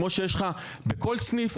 כמו שיש לך בכול סניף,